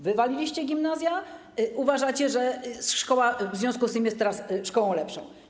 Wywaliliście gimnazja, uważacie, że szkoła w związku z tym jest teraz szkołą lepszą.